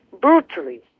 brutally